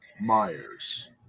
Myers